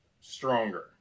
stronger